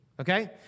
Okay